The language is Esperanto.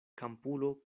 kampulo